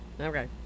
Okay